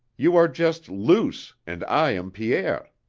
you are just luce and i am pierre.